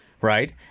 Right